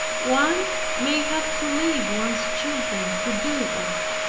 one may have to leave one's children to do that.